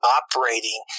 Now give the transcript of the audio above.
operating